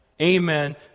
Amen